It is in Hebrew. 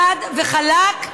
חד וחלק,